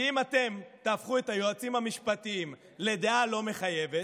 שאם אתם תהפכו את היועצים המשפטיים לדעה לא מחייבת,